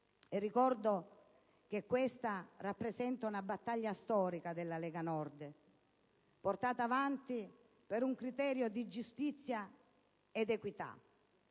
ricordo che questa rappresenta una battaglia storica della Lega, portata avanti per un criterio di giustizia ed equità.